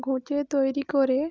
ঘটে তৈরি করে